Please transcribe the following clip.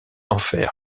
enfer